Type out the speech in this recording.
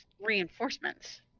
reinforcements